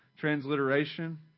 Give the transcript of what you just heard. transliteration